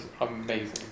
amazing